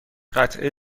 قطعه